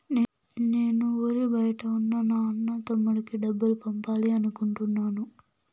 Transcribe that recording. నేను ఊరి బయట ఉన్న నా అన్న, తమ్ముడికి డబ్బులు పంపాలి అనుకుంటున్నాను